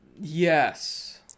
Yes